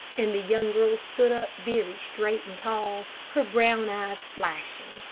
and the young girl stood up very straight and tall, her brown eyes flashing,